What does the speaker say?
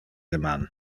deman